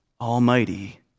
Almighty